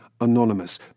anonymous